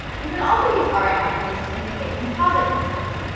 you can also use aria attributes to indicate composite controls.